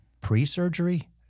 pre-surgery